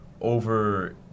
Over